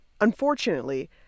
Unfortunately